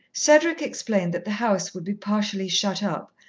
cedric explained that the house would be partially shut up,